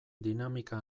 dinamika